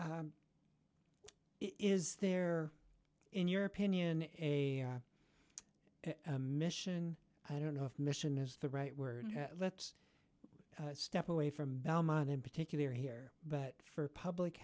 is there in your opinion in a mission i don't know if mission is the right word let's step away from belmont in particular here but for public